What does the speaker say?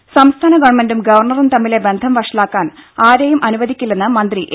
ബാലൻ സംസ്ഥാന ഗവൺമെന്റും ഗവർണ്ണറും തമ്മിലെ ബന്ധം വഷളാക്കാൻ ആരേയും അനുവദിക്കില്ലെന്ന് മന്ത്രി എ